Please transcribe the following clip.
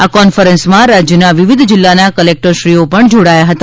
આ કોન્ફરન્સમાં રાજ્યના વિવિધ જિલ્લાના કલેકટરશ્રીઓ પણ જોડાયા હતા